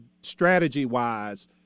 Strategy-wise